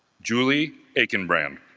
julie akin bram,